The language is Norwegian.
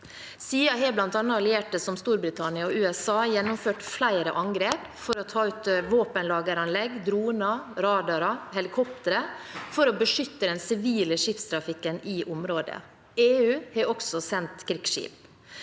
Siden har allierte, som bl.a. Storbritannia og USA, gjennomført flere angrep for å ta ut våpenlageranlegg, droner, radarer og helikoptre for å beskytte den sivile skipstrafikken i området. EU har også sendt krigsskip.